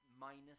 minus –